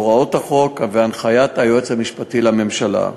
הוראות החוק והנחיית היועץ המשפטי לממשלה.